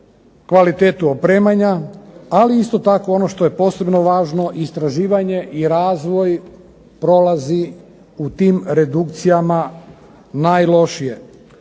kvalitetu opremanja, ali isto tako ono što je posebno važno istraživanje i razvoj prolazi u tim redukcijama najlošije.